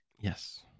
Yes